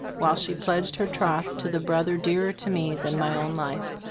while she pledged her troth to the brother dearer to me than my own life.